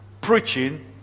preaching